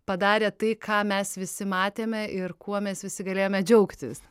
padarė tai ką mes visi matėme ir kuo mes visi galėjome džiaugtis